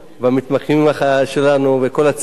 למתמחים שלנו וכל הצוות,